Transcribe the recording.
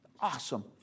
Awesome